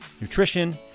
nutrition